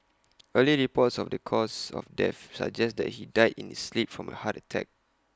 early reports of the cause of death suggests that he died in his sleep from A heart attack